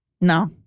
No